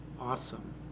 awesome